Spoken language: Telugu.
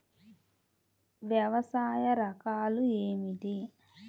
వ్యవసాయ రకాలు ఏమిటి?